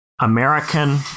American